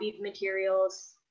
materials